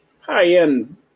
high-end